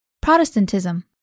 Protestantism